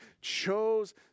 chose